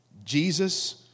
Jesus